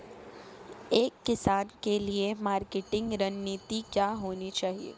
एक किसान के लिए मार्केटिंग रणनीति क्या होनी चाहिए?